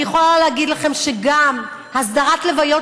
אני יכולה להגיד לכם שגם הסדרת הלוויות